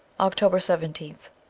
october seventeenth